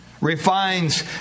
refines